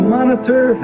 Monitor